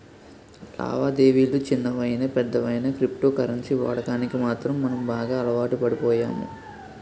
లావాదేవిలు చిన్నవయినా పెద్దవయినా క్రిప్టో కరెన్సీ వాడకానికి మాత్రం మనం బాగా అలవాటుపడిపోయాము